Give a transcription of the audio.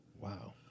Wow